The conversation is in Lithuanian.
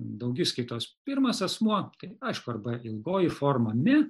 daugiskaitos pirmas asmuo tai aišku arba ilgoji forma me